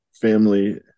family